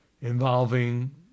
involving